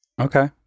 Okay